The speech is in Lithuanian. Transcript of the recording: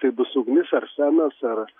taip bus ugnis arsenas ar